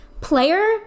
player